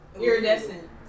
Iridescent